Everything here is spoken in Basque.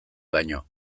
baino